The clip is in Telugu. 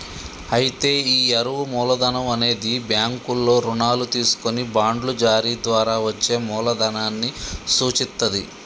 అయితే ఈ అరువు మూలధనం అనేది బ్యాంకుల్లో రుణాలు తీసుకొని బాండ్లు జారీ ద్వారా వచ్చే మూలదనాన్ని సూచిత్తది